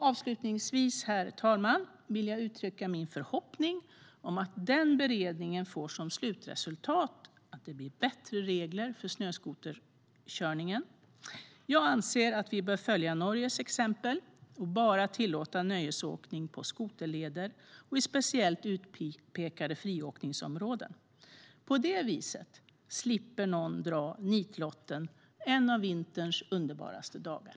Avslutningsvis, herr ålderspresident, vill jag uttrycka min förhoppning att beredningen får som slutresultat att det blir bättre regler för snöskoterkörningen. Jag anser att vi bör följa Norges exempel och bara tillåta nöjesåkning på skoterleder och i speciellt utpekade friåkningsområden. På det viset slipper någon dra nitlotten en av vinterns underbaraste dagar.